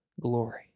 glory